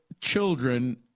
children